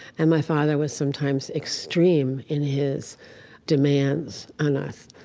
and my father was sometimes extreme in his demands on us.